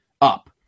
up